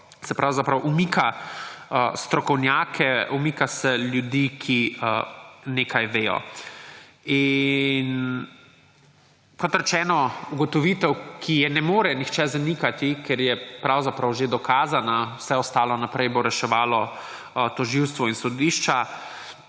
se pravzaprav umika strokovnjake, umika se ljudi, ki nekaj vedo. In kot rečeno, ugotovitev, ki je ne more nihče zanikati, ker je pravzaprav že dokazana, vse ostalo naprej bo reševalo tožilstvo in sodišča,